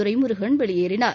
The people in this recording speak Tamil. துரைமுருகன் வெளியேறினார்